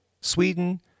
Sweden